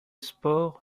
sports